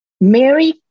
Mary